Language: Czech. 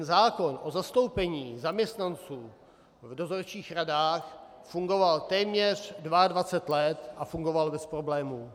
Zákon o zastoupení zaměstnanců v dozorčích radách fungoval téměř 22 let a fungoval bez problémů.